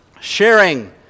Sharing